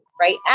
right